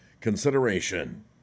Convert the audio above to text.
consideration